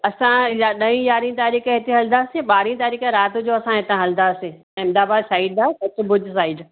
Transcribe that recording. असां या ॾहीं यारहीं तारीख़ हिते हलंदासीं बारहीं तारीख़ राति जो असां हितां हलंदासीं अहमदाबाद साइड आहे कच्छ भुज साइड